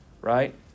right